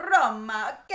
Roma